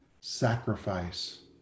sacrifice